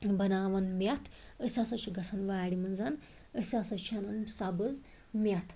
بناوان میٚتھ أسۍ ہَسا چھِ گَژھان وارِ مَنٛز أسۍ ہَسا چھِ انان سبٕز میٚتھ